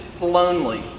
lonely